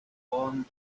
warm